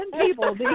people